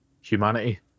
humanity